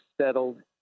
settled